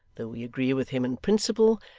though we agree with him in principle,